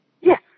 Yes